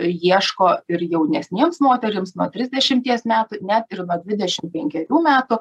ieško ir jaunesnėms moterims nuo trisdešimties metų net ir dvidešim penkerių metų